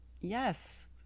yes